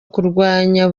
kurwanya